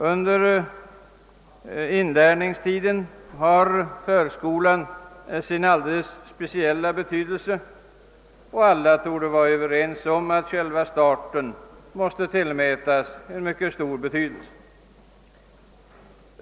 | Under inlärningstiden har förskolan sin alldeles speciella betydelse, och alla torde vara överens om att själva starten måste tillmätas en mycket stor betydelse.